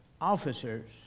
officers